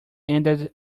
ended